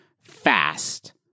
fast